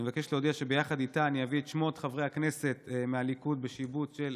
אני מבקש להודיע שיחד איתה אביא את שמות חברי הכנסת מהליכוד בשיבוץ של